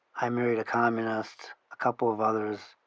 i married a communist, a couple of others.